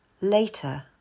Later